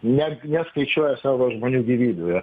netgi neskaičiuoja savo žmonių gyvybių ir